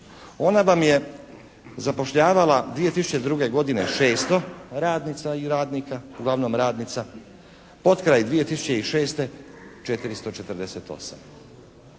ona vam je zapošljavala 2002. godine 600 radnica i radnika, uglavnom radnica, potkraj 2006. 448,